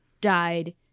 died